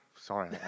Sorry